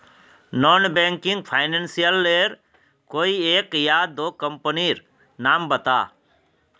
Non banking financial लेर कोई एक या दो कंपनी नीर नाम बता?